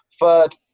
Third